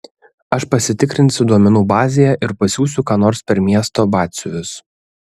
aš pasitikrinsiu duomenų bazėje ir pasiųsiu ką nors per miesto batsiuvius